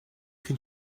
can